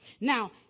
Now